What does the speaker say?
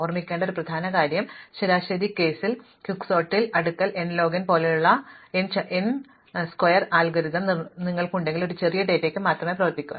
ഓർമിക്കേണ്ട പ്രധാന കാര്യം ശരാശരി കേസിൽ ദ്രുതഗതിയിലുള്ള അടുക്കൽ n ലോഗ് n പോലെയല്ലാത്ത നിഷ്കളങ്കമായ n ചതുര അൽഗോരിതം നിങ്ങൾക്കുണ്ടെങ്കിൽ ഇത് ചെറിയ ഡാറ്റയ്ക്ക് മാത്രമേ പ്രവർത്തിക്കൂ